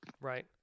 Right